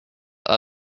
that